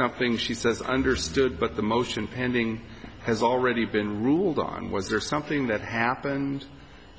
something she says i understood but the motion pending has already been ruled on was there something that happened